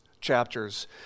chapters